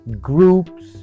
Groups